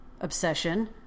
obsession